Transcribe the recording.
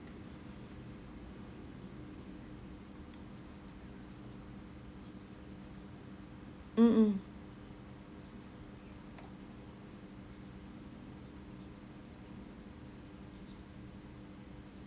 mm